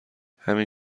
همین